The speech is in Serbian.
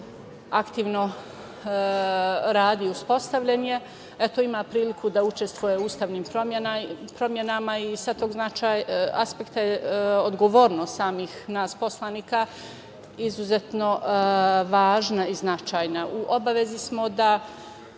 aktivno radi, uspostavljen je, eto, ima priliku da učestvuje u ustavnim promenama i sa tog aspekta je odgovornost samih nas poslanika izuzetno važna i značajna. U obavezi smo da